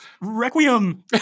Requiem